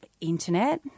internet